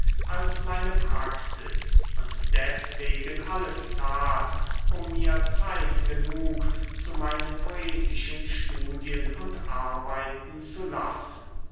als meine praxis und deswegen alles tat um mir zeit genug zu meinen poetischen studien und arbeiten zu lassen